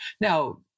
Now